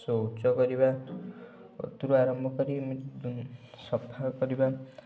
ଶୌଚ କରିବା କତୁରୁ ଆରମ୍ଭ କରି ଏମିତି ସଫା କରିବା